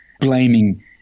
blaming